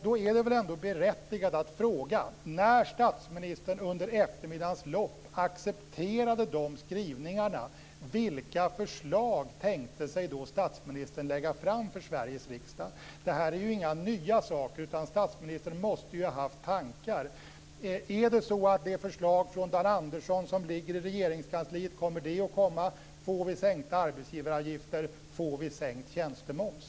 Då är det väl ändå berättigat att fråga: När statsministern under eftermiddagens lopp accepterade dessa skrivningar, vilka förslag tänkte sig då statsministern att lägga fram för Sveriges riksdag? Det här är ju inga nya saker, utan statsministern måste ha haft några tankegångar. Kommer han att lägga fram det förslag från Dan Andersson som ligger i Regeringskansliet? Får vi sänkta arbetsgivaravgifter? Får vi sänkt tjänstemoms?